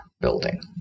building